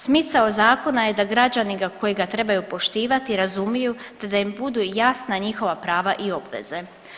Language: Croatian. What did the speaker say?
Smisao zakona je da građani koji ga trebaju poštivati razumiju te da im budu jasna njihova prava i obveze.